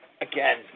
again